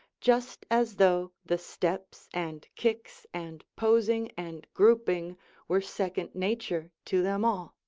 just as though the steps and kicks and posing and grouping were second nature to them all.